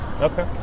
Okay